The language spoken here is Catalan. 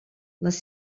les